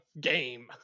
game